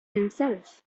himself